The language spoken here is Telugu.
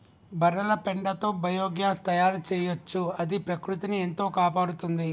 బర్రెల పెండతో బయోగ్యాస్ తయారు చేయొచ్చు అది ప్రకృతిని ఎంతో కాపాడుతుంది